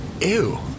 Ew